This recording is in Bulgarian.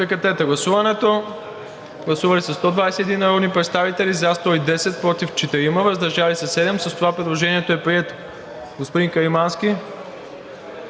гласуване. Гласували 121 народни представители: за 110, против 4, въздържали се 7. С това предложението е прието. Госпожа Димова